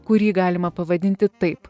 kurį galima pavadinti taip